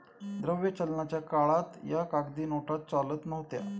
द्रव्य चलनाच्या काळात या कागदी नोटा चालत नव्हत्या